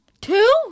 Two